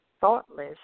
Thoughtless